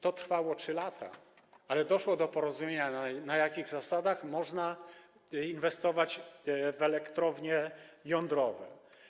To trwało 3 lata, ale doszło do porozumienia, na jakich zasad można inwestować w elektrownię jądrową.